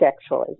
sexually